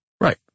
Right